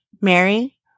Mary